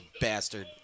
bastard